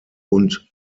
und